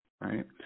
right